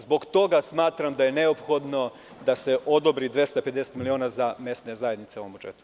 Zbog toga smatram da je neophodno da se odobri 250 miliona za mesne zajednice u ovom budžetu.